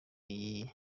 iyi